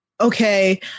Okay